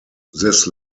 this